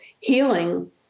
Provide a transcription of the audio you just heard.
healing